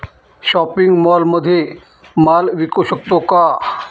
Shopping मॉलमध्ये माल विकू शकतो का?